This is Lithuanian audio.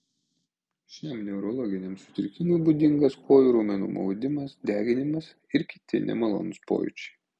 šiam neurologiniam sutrikimui būdingas kojų raumenų maudimas deginimas ir kiti nemalonūs pojūčiai